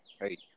hey